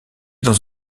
dans